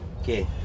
Okay